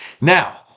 Now